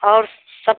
और सब